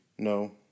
No